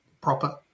proper